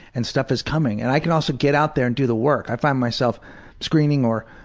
and stuff is coming. and i can also get out there and do the work. i find myself screaming or,